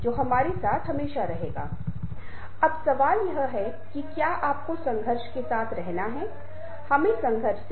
इस अर्थ में आप इसे उन सभी 40 व्याख्यानों का सारांश मान सकते हैं जो हमने किए हैं